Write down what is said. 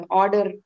order